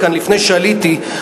אמרתי אולי,